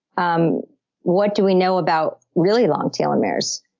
um what do we know about really long telomeres?